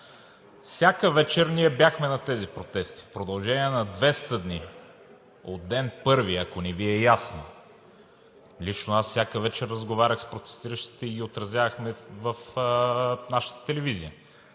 Всяка вечер ние бяхме на тези протести в продължение на 200 дни – от ден първи, ако не Ви е ясно. Лично аз всяка вечер разговарях с протестиращите и ги отразявахме в нашата телевизия.